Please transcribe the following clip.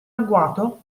agguato